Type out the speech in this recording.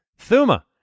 Thuma